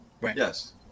Yes